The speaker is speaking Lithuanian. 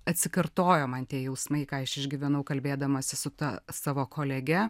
atsikartojo man tie jausmai ką aš išgyvenau kalbėdamasi su ta savo kolege